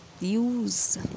use